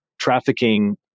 trafficking